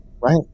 Right